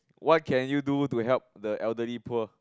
what can you do to help the elderly poor